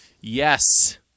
Yes